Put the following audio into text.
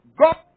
God